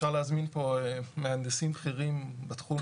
אפשר להזמין פה מהנדסים בכירים בתחום,